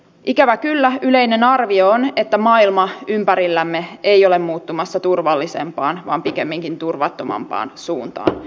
ikävä kyllä yleinen arvio on että maailma ympärillämme ei ole muuttumassa turvallisempaan vaan pikemminkin turvattomampaan suuntaan